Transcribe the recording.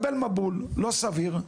מקבל מבול לא סביר.